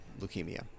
leukemia